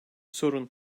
sorun